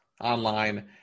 online